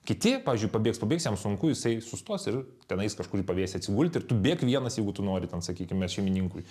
kiti pavyzdžiui pabėgs pabėgs jam sunku jisai sustos ir tenais kažkur į pavėsį atsigulti ir tu bėk vienas jeigu tu nori ten sakykime šeimininkui